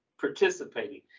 participating